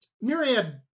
Myriad